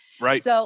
Right